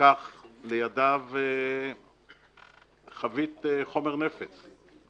שלקח לידיו חבית חומר נפץ,